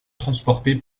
transporter